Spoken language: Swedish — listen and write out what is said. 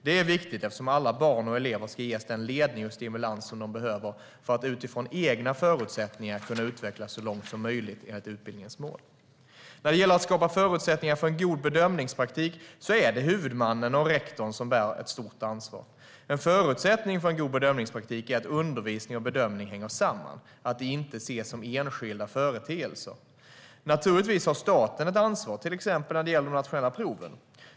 Det är viktigt eftersom alla barn och elever ska ges den ledning och stimulans som de behöver för att de utifrån sina egna förutsättningar ska kunna utvecklas så långt som möjligt enligt utbildningens mål. När det gäller att skapa förutsättningar för en god bedömningspraktik är det huvudmannen och rektorn som bär ett stort ansvar. En förutsättning för en god bedömningspraktik är att undervisning och bedömning hänger samman och inte ses som enskilda företeelser. Naturligtvis har staten ett ansvar, till exempel när det gäller de nationella proven.